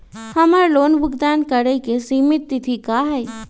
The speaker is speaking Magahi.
हमर लोन भुगतान करे के सिमित तिथि का हई?